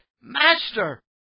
Master